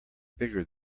bigger